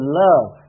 love